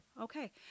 Okay